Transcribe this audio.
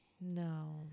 No